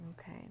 Okay